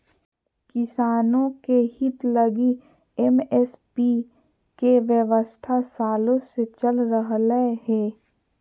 किसानों के हित लगी एम.एस.पी के व्यवस्था सालों से चल रह लय हें